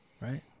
right